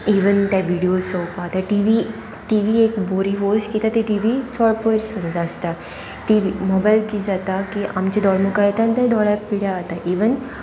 even ते videos चोवपाक T V T V एक बरी वस्त कित्याक ती टी वी चड पयस आसता टी वी मोबायल किदित जाता की आमचे दोळ्या मुखार येता आनी ते दोळ्या पिड्या जातता इवन